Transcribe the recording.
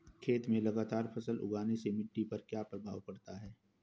खेत में लगातार फसल उगाने से मिट्टी पर क्या प्रभाव पड़ता है?